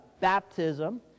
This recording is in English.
baptism